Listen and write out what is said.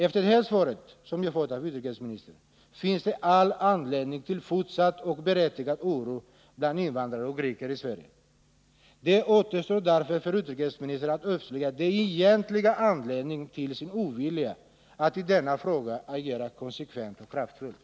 Efter det svar som jag har fått av utrikesministern finns det all anledning till fortsatt oro bland invandrare och greker i Sverige. Det återstår därför för utrikesministern att avslöja den egentliga anledningen till sin ovilja att i denna fråga agera konsekvent och kraftfullt.